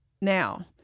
now